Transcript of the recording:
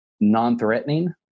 non-threatening